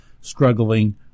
struggling